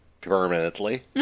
permanently